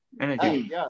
Energy